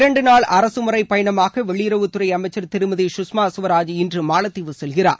இரண்டு நாள் அரசு முறை பயணமாக வெளியுறவுத்துறை அமைச்சர் திருமதி சுஷ்மா ஸ்வராஜ் இன்று மாலத்தீவு செல்கிறார்